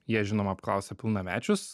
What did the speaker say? jie žinoma apklausė pilnamečius